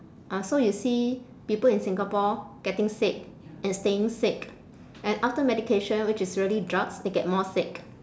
ah so you see people in singapore getting sick and staying sick and after medication which is really drugs they get more sick